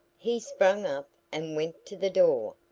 he sprang up and went to the door,